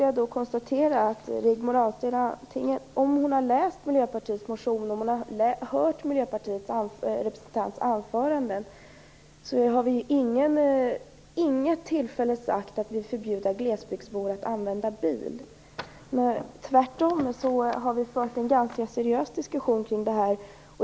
Jag vet inte om Rigmor Ahlstedt har läst Miljöpartiets motion eller hört Miljöpartiets representants anföranden, men jag konstaterar att vi inte vid något tillfälle har sagt att vi vill förbjuda glesbygdsbor att använda bil. Tvärtom har vi fört en seriös diskussion om det här.